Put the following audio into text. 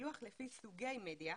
בפילוח לפי סוגי מדיה,